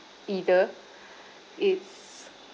either it's